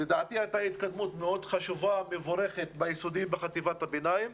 לדעתי הייתה התקדמות מאוד חשובה ומבורכת ביסודי ובחטיבות הביניים.